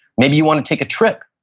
maybe you want to take a trip.